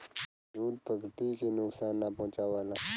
jute प्रकृति के नुकसान ना पहुंचावला